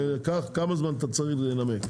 כמה זמן אתה צריך לנמק?